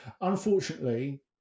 Unfortunately